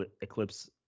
eclipse